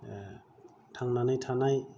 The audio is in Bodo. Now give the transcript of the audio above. थांनानै थानाय